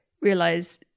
realize